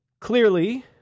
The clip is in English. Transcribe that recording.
Clearly